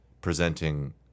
presenting